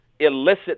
illicit